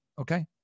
okay